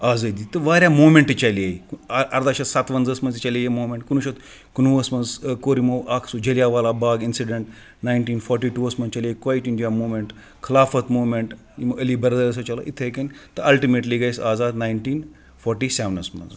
آزٲدی تہٕ واریاہ موٗمٮ۪نٛٹ چلے اَ ارداہ شَتھ سَتوَنٛزاہَس منٛز چلے یہِ موٗمٮ۪نٛٹ کُنوُہ شَتھ کُنوُہَس منٛز کوٚر یِمو اَکھ سُہ Jallianwala Bagh incident nineteen forty ٹوٗوَس منٛز چلے quit India movement Khilafat movement یِم علی برٛدٲرٕس ٲسۍ چلٲو اِتھَے کَنۍ تہٕ اَلٹٕمیٹلی گٔے أسۍ آزاد نایِنٹیٖن فوٚٹی سٮ۪ونَس منٛز